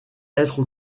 être